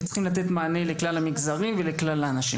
וצריכים לתת מענה לכלל המגזרים ולכלל האנשים.